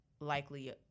likely